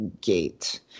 gate